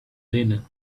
linen